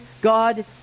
God